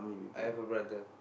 I have a brother